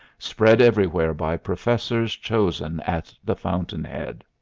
spread everywhere by professors chosen at the fountainhead.